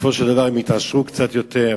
בסופו של דבר הם יתעשרו קצת יותר,